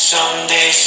Someday